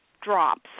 drops